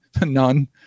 none